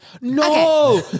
No